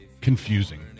confusing